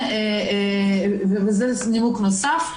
וזה נימוק נוסף.